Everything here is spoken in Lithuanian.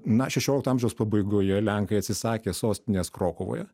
na šešiolikto amžiaus pabaigoje lenkai atsisakė sostinės krokuvoje